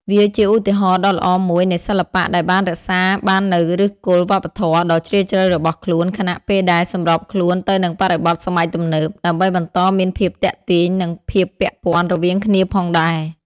វាជាឧទាហរណ៍ដ៏ល្អមួយនៃសិល្បៈដែលបានរក្សាបាននូវឫសគល់វប្បធម៌ដ៏ជ្រាលជ្រៅរបស់ខ្លួន ខណៈពេលដែលសម្របខ្លួនទៅនឹងបរិបទសម័យទំនើប ដើម្បីបន្តមានភាពទាក់ទាញ និងភាពពាក់ព័ន្ធរវាងគ្នាផងដែរ។